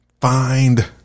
Find